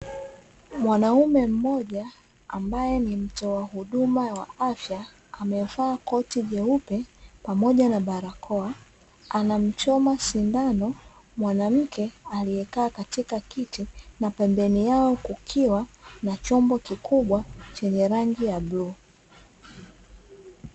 mwanaume mmoja ambae ni mtoahuduma ya afya amevaa koti jeupe pamoj ana barakoa, anamchoma sindao mwanamke aliyekaa katika kiti na pembeni yao kukiwa na chombo chenye rangi ya bluu.